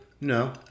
No